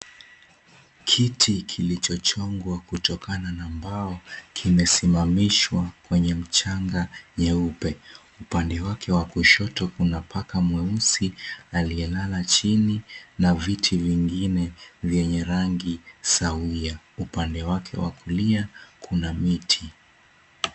Kiti kilichochongwa kutokana na mbao kimesimamishwa kwenye mchanga nyeupe. Upande wake wa kushoto kuna paka mweusi aliyelala chini, na viti vingine vyenye rangi sawia. Upande wake wa kulia kuna miti.